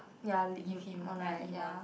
ya late in one right ya